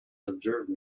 observed